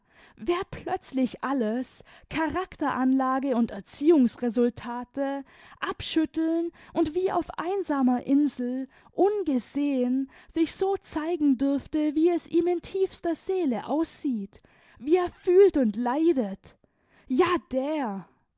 wer plötzlich alles charakteranlage und erziehungsresultate abschütteln und wie auf einsamer insel ungesehen sich so zeigen dürfte wie es ihm in tiefster seele aussieht wie er fühlt und leidet ja der